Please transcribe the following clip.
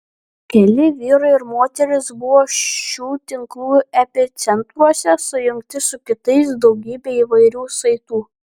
keli vyrai ir moterys buvo šių tinklų epicentruose sujungti su kitais daugybe įvairių saitų